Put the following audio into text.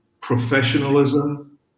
professionalism